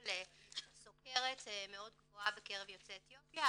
של סכרת מאוד גבוהה בקרב יוצאי אתיופיה,